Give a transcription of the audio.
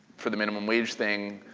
for the minimum wage thing,